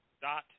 dot